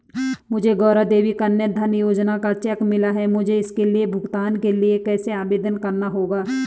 मुझे गौरा देवी कन्या धन योजना का चेक मिला है मुझे इसके भुगतान के लिए कैसे आवेदन करना होगा?